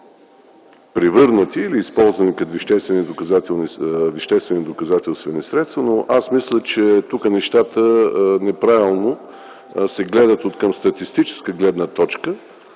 превърнати или използвани като веществени доказателствени средства. Аз мисля, че тук нещата неправилно се гледат от статистическа гледна точка.